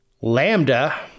Lambda